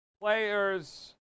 players